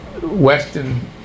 western